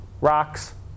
Rocks